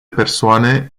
persoane